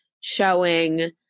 showing